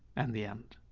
and the end.